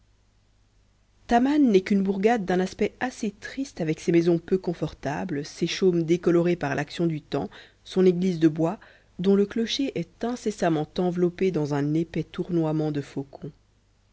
taman n'est qu'une bourgade d'un aspect assez triste avec ses maisons peu confortables ses chaumes décolorés par l'action du temps son église de bois dont le clocher est incessamment enveloppé dans un épais tournoiement de faucons